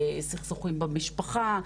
סכסוכים במשפחה,